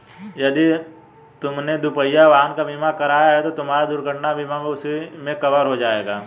यदि तुमने दुपहिया वाहन का बीमा कराया है तो तुम्हारा दुर्घटना बीमा भी उसी में कवर हो जाएगा